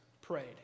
Prayed